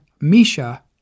Misha